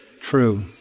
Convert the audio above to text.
True